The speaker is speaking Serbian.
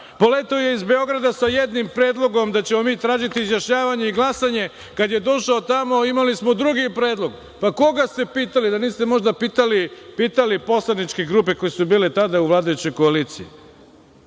Poleteo je iz Beograda sa jednim predlogom da ćemo mi tražiti izjašnjavanje i glasanje. Kada je došao tamo imali smo drugi predlog. Koga ste pitali? Da možda niste pitali poslaničke grupe koje su bile tada u vladajućoj koaliciji? Nemojte